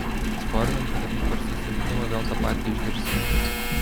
sporinam kad ryt per susirinkimą vėl tą patį išgirsim